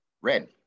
Red